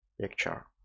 picture